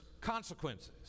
consequences